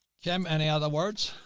kim, any other words?